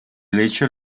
hecho